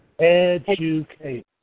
Educate